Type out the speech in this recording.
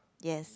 yes